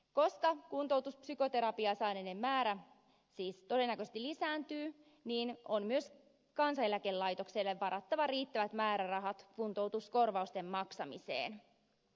koska kuntoutuspsykoterapiaa saaneiden määrä siis todennäköisesti lisääntyy on myös kansaneläkelaitokselle varattava riittävät määrärahat kuntoutuskorvausten maksamiseen